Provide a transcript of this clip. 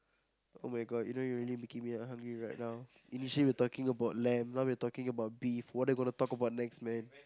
[oh]-my-god you know you really making me hungry right now initially we're talking about Lan now we're talking about beef what I gonna talk about next man